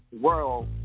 world